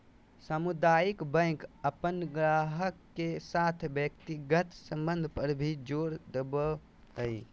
सामुदायिक बैंक अपन गाहक के साथ व्यक्तिगत संबंध पर भी जोर देवो हय